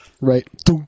Right